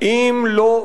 בעברית.